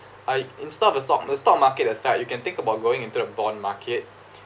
I installed the stock the stock market you can think about going into the bond market